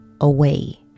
away